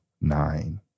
Nine